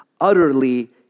utterly